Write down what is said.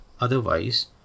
Otherwise